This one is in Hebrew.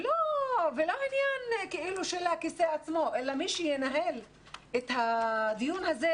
ולא עניין של הכיסא עצמו אלא מי שינהל את הדיון הזה,